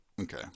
Okay